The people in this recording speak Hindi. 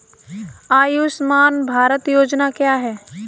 आयुष्मान भारत योजना क्या है?